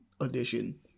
edition